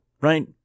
right